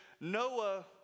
Noah